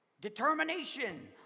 determination